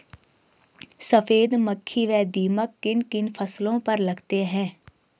सफेद मक्खी व दीमक किन किन फसलों पर लगते हैं?